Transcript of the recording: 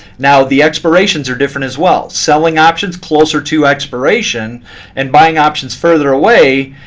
now the expirations are different as well. selling options closer to expiration and buying options further away.